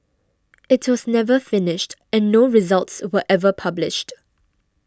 it was never finished and no results were ever published